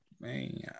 Man